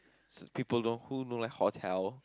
s~ people don't who don't like hotel